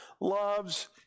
loves